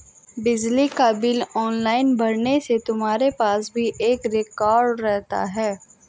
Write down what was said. बिजली का bill online भरने से तुम्हारे पास भी एक रिकॉर्ड रहता है